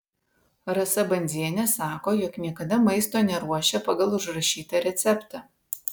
rasa bandzienė sako jog niekada maisto neruošia pagal užrašytą receptą